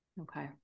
Okay